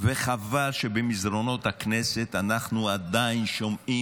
וחבל שבמסדרונות הכנסת אנחנו עדיין שומעים